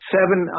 Seven